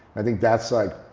i think that's like,